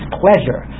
pleasure